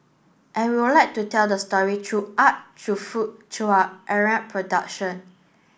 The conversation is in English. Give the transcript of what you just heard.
and we'll like to tell the story through art through food through our aerial production